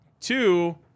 Two